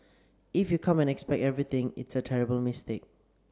if you come and expect everything it's a terrible mistake